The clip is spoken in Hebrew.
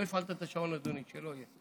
לא הפעלת את השעון, אדוני, שלא יהיה,